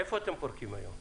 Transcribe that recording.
איפה אתם פורקים היום?